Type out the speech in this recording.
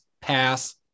pass